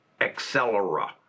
Accelera